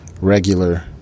regular